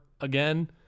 again